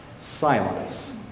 Silence